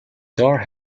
door